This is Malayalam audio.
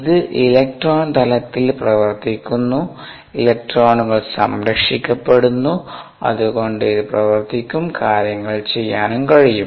ഇത് ഇലക്ട്രോൺ തലത്തിൽ പ്രവർത്തിക്കുന്നു ഇലക്ട്രോണുകൾ സംരക്ഷിക്കപ്പെടുന്നു അത്കൊണ്ട് ഇത് പ്രവർത്തിക്കും കാര്യങ്ങൾ ചെയ്യാനും കഴിയും